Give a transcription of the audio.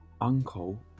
Uncle